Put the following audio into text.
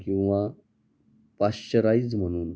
किंवा पाश्चराइज म्हणू